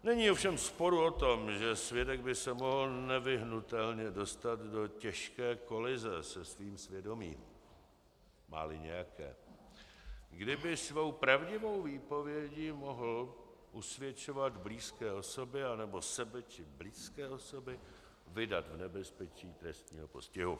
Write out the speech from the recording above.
Není ovšem sporu o tom, že svědek by se mohl nevyhnutelně dostat do těžké kolize se svým svědomím, máli nějaké, kdy by svou pravdivou výpovědí mohl usvědčovat blízké osoby anebo sebe či blízké osoby vydat nebezpečí trestního postihu.